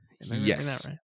Yes